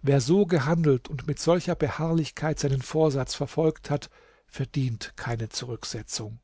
wer so gehandelt und mit solcher beharrlichkeit seinen vorsatz verfolgt hat verdient keine zurücksetzung